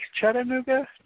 chattanooga